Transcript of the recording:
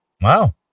Wow